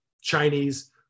Chinese